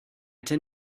tend